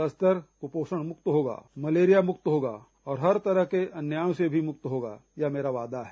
बस्तर कुपोषण मुक्त होगा मलेरिया मुक्त होगा और हर तरह के अन्यायों से भी मुक्त होगा यह मेरा वायदा है